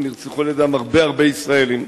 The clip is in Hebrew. ונרצחו על-ידם הרבה הרבה ישראלים.